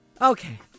Okay